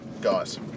guys